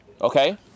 Okay